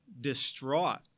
distraught